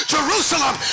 Jerusalem